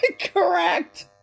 correct